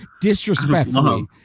disrespectfully